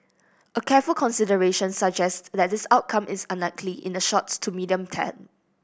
a careful consideration suggests that this outcome is unlikely in the short to medium term